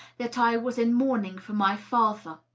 that i was in mourning for my father.